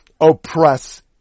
oppress